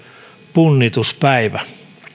punnituspäivä